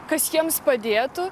kas jiems padėtų